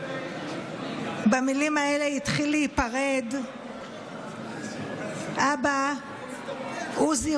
במילים האלה התחיל להיפרד אבא עוזי